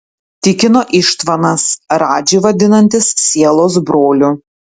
tikino ištvanas radžį vadinantis sielos broliu